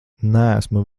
neesmu